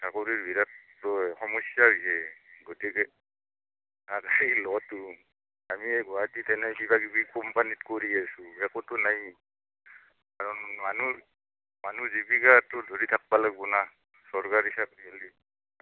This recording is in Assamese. চাকৰিৰ বিৰাট ত' সমস্যা হৈছে গতিকে আৰ সেই ল'টো আমি এই গুৱাহাটীত এনেই কিবাকিবি কোম্পানীত কৰি আছো একোতো নাইয়ে কাৰণ মানুহ মানুহ জীৱিকাতো ধৰি থাকিব লাগিব না চৰকাৰী চাকৰি হ'লে